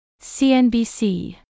CNBC